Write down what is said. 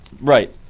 Right